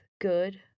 good